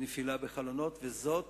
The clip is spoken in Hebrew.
בנפילה מחלונות, וזאת